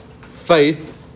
faith